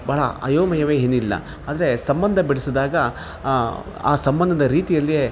ಭಾಳ ಅಯೋಮಯವೆ ಏನಿಲ್ಲ ಆದರೆ ಸಂಬಂಧ ಬೆಳೆಸಿದಾಗ ಆ ಸಂಬಂಧದ ರೀತಿಯಲ್ಲಿಯೇ